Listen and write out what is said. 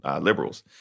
liberals